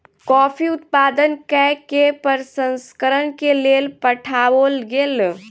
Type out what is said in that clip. coffee उत्पादन कय के प्रसंस्करण के लेल पठाओल गेल